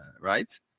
Right